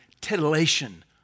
titillation